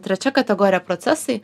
trečia kategorija procesai